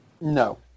No